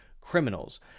criminals